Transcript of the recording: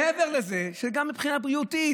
מעבר לזה שגם מבחינה בריאותית,